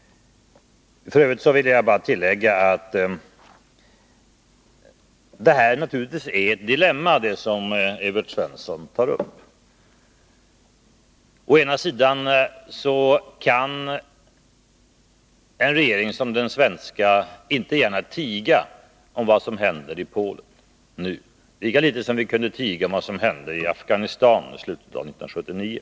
F. ö. vill jag bara tillägga att det som Evert Svensson tog upp naturligtvis är ett dilemma, Å ena sidan kan en regering som den svenska inte gärna tiga om vad som nu händer i Polen, lika litet som vi kunde tiga om vad som hände i Afghanistan i slutet av 1979.